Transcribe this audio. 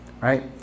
right